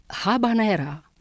Habanera